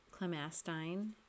clemastine